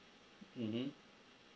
mmhmm